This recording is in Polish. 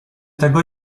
tego